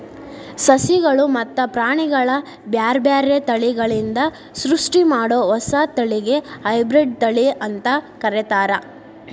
ಸಸಿಗಳು ಮತ್ತ ಪ್ರಾಣಿಗಳ ಬ್ಯಾರ್ಬ್ಯಾರೇ ತಳಿಗಳಿಂದ ಸೃಷ್ಟಿಮಾಡೋ ಹೊಸ ತಳಿಗೆ ಹೈಬ್ರಿಡ್ ತಳಿ ಅಂತ ಕರೇತಾರ